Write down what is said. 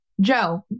Joe